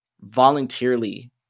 voluntarily